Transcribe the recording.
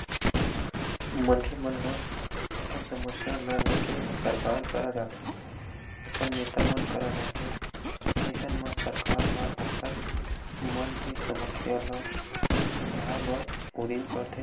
मनखे मन ह अपन समस्या ल लेके सरकार करा जाथे अपन नेता मन करा जाथे अइसन म सरकार ह ओखर मन के समस्या ल सुलझाय बर उदीम करथे